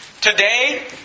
Today